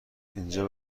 اینجا